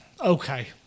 Okay